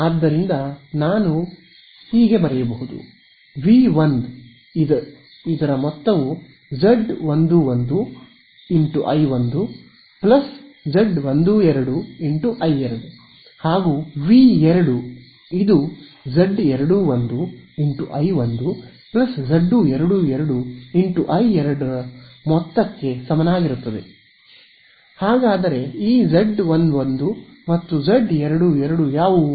ಆದ್ದರಿಂದ ನಾನು ಬರೆಯಬಹುದು V 1 Z11 I1 Z12 I2 V2 Z21 I1 Z22 I2 ಹಾಗಾದರೆ ಈ Z11 ಮತ್ತು Z22 ಯಾವುವು